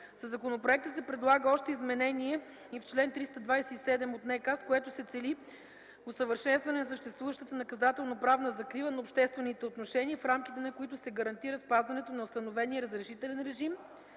Със законoпроекта се предлага още изменение и в чл. 327 от НК, с което се цели усъвършенстване на съществуващата наказателноправна закрила на обществените отношения, в рамките на които се гарантира спазването на установения разрешителен режим